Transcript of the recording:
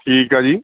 ਠੀਕ ਆ ਜੀ